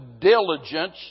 diligence